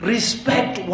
Respect